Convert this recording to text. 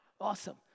awesome